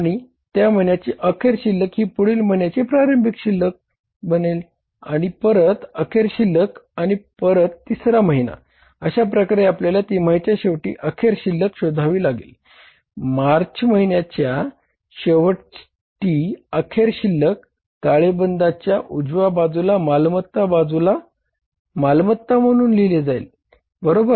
आणि त्या महिन्याची अखेर शिल्लक बाजूला मालमत्ता म्हणून लिहिला जाईल बरोबर